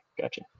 gotcha